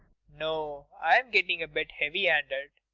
no, i am getting a bit heavy-handed.